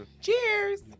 Cheers